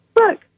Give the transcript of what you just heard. look